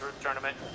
tournament